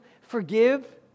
Forgive